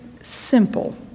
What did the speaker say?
simple